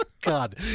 God